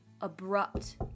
abrupt